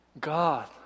God